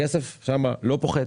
הכסף שם לא פוחת.